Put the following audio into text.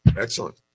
Excellent